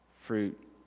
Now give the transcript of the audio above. fruit